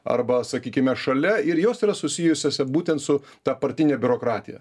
arba sakykime šalia ir jos yra susijusiose būtent su ta partinė biurokratija